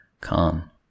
calm